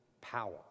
power